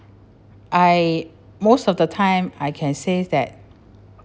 I most of the time I can say that